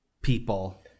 people